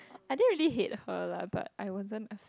I didn't really hate her lah but I wasn't